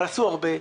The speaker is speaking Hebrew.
אבל עשו הרבה.